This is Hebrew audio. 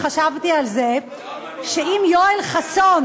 חשבתי על זה שאם יואל חסון,